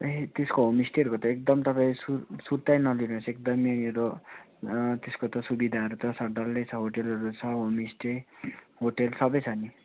ए त्यसको होमस्टेहरूको त एकदम तपाईँ सुर सुर्तै नलिनुहोस् एकदम यहाँनिर त्यसको त सुविधाहरू त छ डल्लै छ होटलहरू छ होमस्टे होटल सबै छ नि